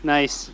Nice